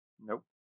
nope